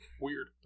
Weird